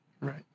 Right